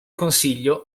consiglio